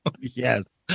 Yes